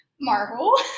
Marvel